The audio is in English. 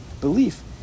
belief